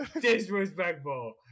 Disrespectful